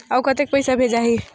अउ कतेक पइसा भेजाही?